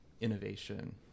innovation